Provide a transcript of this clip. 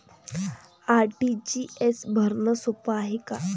RTGS भरनं सोप हाय का?